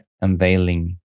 unveiling